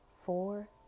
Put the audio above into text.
four